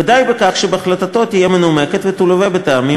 ודי בכך שהחלטתו תהיה מנומקת ותלווה בטעמים,